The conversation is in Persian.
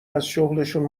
ازشغلشون